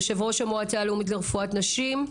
יושב-ראש המועצה הלאומית לרפואת נשים.